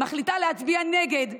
מחליטה להצביע נגד.